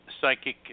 Psychic